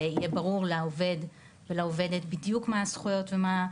ויהיה ברור לעובד ולעובדת בדיוק מה הזכויות ומה,